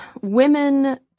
women